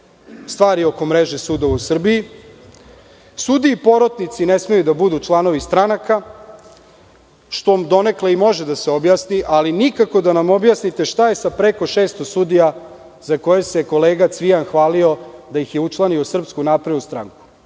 stvari oko mreže sudova u Srbiji. Sudije i porotnici ne smeju da budu članovi stranaka, što donekle i može da se objasni. Ali, nikako da nam objasnite šta je sa preko 600 sudija za koje se kolega Cvijan hvalio da ih je učlanio u SNS, koji su sada